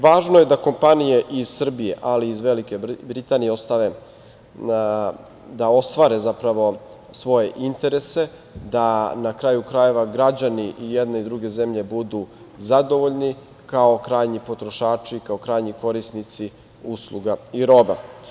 Važno je da kompanije iz Srbije, ali iz Velike Britanije, da ostvare svoje interese, da na kraju krajeva građani i jedne i druge zemlje budu zadovoljni, kao krajnji potrošači, kao krajnji korisnici usluga i roba.